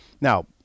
Now